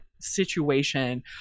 situation